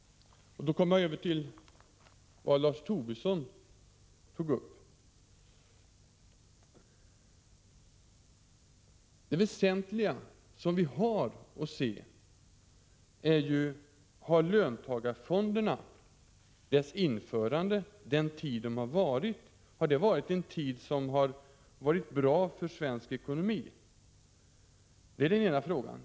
Då kommer jag över till vad Lars Tobisson tog upp. Det väsentliga som vi har att se till är: Har löntagarfonderna, deras införande och den tid de har varat varit bra för svensk ekonomi? Det var den ena frågan.